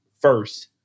first